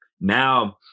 now